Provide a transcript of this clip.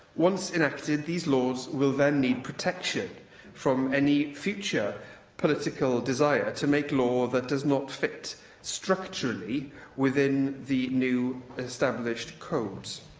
once enacted, these laws will then need protection from any future political desire to make law that does not fit structurally within the new established codes.